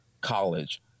college